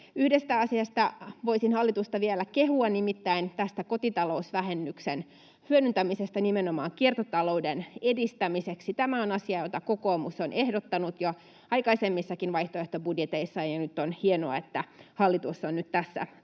Yhdestä asiasta voisin hallitusta vielä kehua, nimittäin kotitalousvähennyksen hyödyntämisestä nimenomaan kiertotalouden edistämiseksi. Tämä on asia, jota kokoomus on ehdottanut jo aikaisemmissakin vaihtoehtobudjeteissa, ja on hienoa, että hallitus on nyt tässä